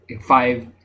five